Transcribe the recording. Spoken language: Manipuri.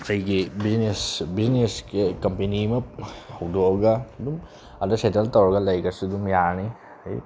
ꯑꯩꯒꯤ ꯕꯤꯖꯤꯅꯦꯁ ꯕꯤꯖꯤꯅꯦꯁ ꯀꯝꯄꯅꯤ ꯑꯃ ꯍꯧꯗꯣꯛꯑꯒ ꯑꯗꯨꯝ ꯑꯥꯗ ꯁꯦꯇꯜ ꯇꯧꯔꯒ ꯂꯩꯈ꯭ꯔꯁꯨ ꯑꯗꯨꯝ ꯌꯥꯔꯅꯤ ꯑꯩ